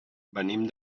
venim